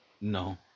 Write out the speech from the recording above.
no